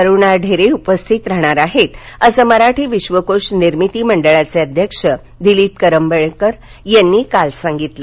अरुणा ढेरे उपस्थित राहणार आहेत असं मराठी विश्वकोश निर्मिती मंडळाचे अध्यक्ष दिलीप करंबेळकर यांनी काल सांगितलं